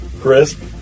crisp